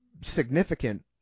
significant